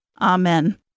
Amen